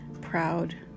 proud